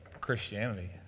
Christianity